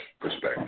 perspective